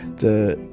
the,